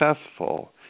successful